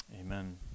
Amen